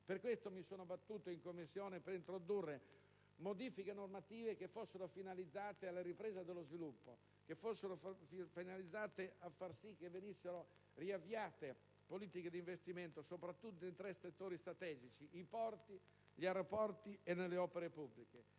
Per questo mi sono battuto in Commissione per introdurre modifiche normative che fossero finalizzate alla ripresa dello sviluppo, che fossero finalizzate a far sì che venissero riavviate politiche di investimento, soprattutto in tre settori strategici: i porti, gli aeroporti e le opere pubbliche.